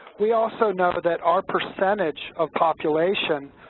we also know but that our percentage of population,